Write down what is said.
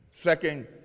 Second